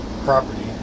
property